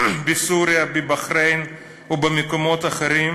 בסוריה, בבחריין ובמקומות אחרים,